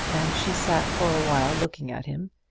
and she sat for a while looking at him,